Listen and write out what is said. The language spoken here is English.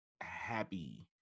happy